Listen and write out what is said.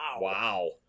Wow